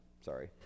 sorry